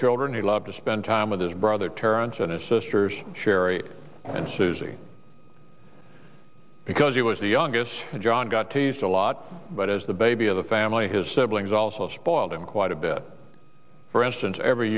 children he loved to spend time with his brother terence and his sisters sherry and susie because he was the youngest john got teased a lot but as the baby of the family his siblings also spoiled him quite a bit for instance every